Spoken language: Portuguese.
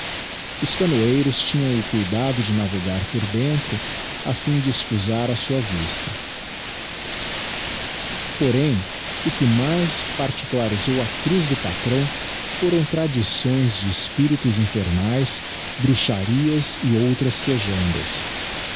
os canoeiros tinham o cuidado de navegar por dentro aflm de escusar a sua vista porém o que mais particularisou a cruz do patrão foram tradições de espirites infernaes bruxarias e outras quejandas